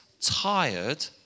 tired